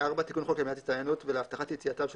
תיקון חוק למניעת הסתננות ולהבטחת יציאתם של